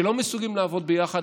שלא מסוגלים לעבוד ביחד,